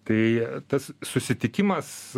tai tas susitikimas